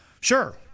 Sure